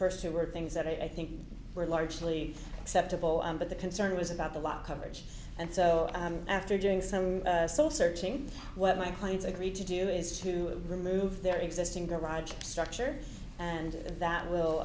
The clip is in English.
first two were things that i think were largely acceptable but the concern was about the law coverage and so after doing some soul searching what my clients agreed to do is to remove their existing derived structure and that will